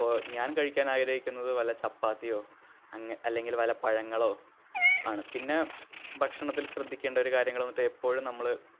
അപ്പോൾ ഞാന് കഴിക്കാന് ആഗ്രഹിക്കുന്നത് വല്ല ചപ്പാത്തിയോ അങ്ങ അല്ലെങ്കില് വല്ല പഴങ്ങളോ ആണ് പിന്നെ ഭക്ഷണത്തില് ശ്രദ്ധിക്കേണ്ട ഒരു കാര്യങ്ങൾ എപ്പോഴും നമ്മൾ